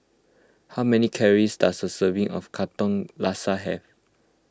how many calories does a serving of Katong Laksa have